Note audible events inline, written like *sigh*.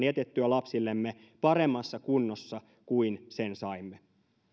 *unintelligible* jätettyä lapsillemme paremmassa kunnossa kuin sen saimme